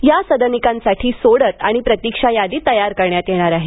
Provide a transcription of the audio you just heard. या सदनिकांसाठी सोडत आणि प्रतिक्षा यादी तयार करण्यात येणार आहे